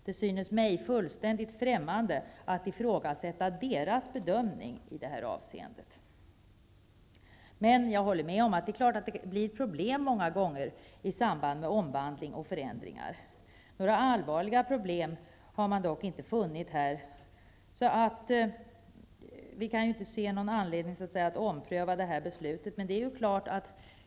Det synes mig fullständigt främmande att ifrågasätta dess bedömning i det här avseendet. Jag håller med om att det många gånger blir problem i samband med omvandling och förändringar. Några allvarliga problem har man dock inte funnit. Vi kan därför inte se någon anledning att ompröva beslutet.